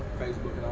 facebook